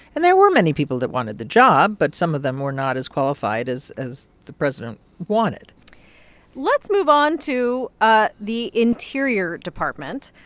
and there were many people that wanted the job, but some of them were not as qualified as as the president wanted let's move on to ah the interior department.